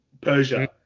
Persia